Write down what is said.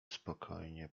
spokojnie